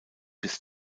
bis